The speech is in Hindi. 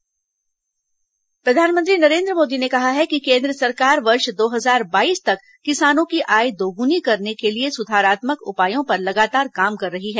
प्रधानमंत्री सम्मेलन प्रधानमंत्री नरेन्द्र मोदी ने कहा है कि केंद्र सरकार वर्ष दो हजार बाईस तक किसानों की आय दोगुनी करने के लिए सुधारात्मक उपायों पर लगातार काम कर रही है